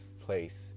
place